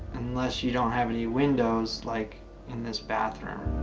unless you don't have any windows like in this bathroom.